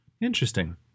Interesting